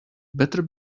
better